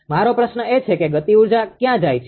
મારો પ્રશ્ન એ છે કે તે ગતિઉર્જા ક્યાં જાય છે